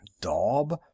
daub